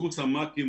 מקורס ה-מ"כים,